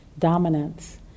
dominance